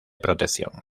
protección